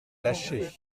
lâcher